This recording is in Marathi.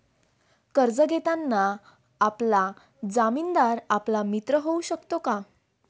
कर्ज घेताना आपला जामीनदार आपला मित्र होऊ शकतो का?